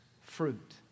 fruit